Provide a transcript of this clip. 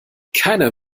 keiner